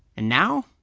and now.